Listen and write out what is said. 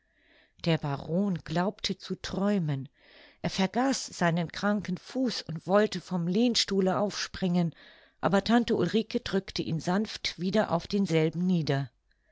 der baron glaubte zu träumen er vergaß seinen kranken fuß und wollte vom lehnstuhle aufspringen aber tante ulrike drückte ihn sanft wieder auf denselben nieder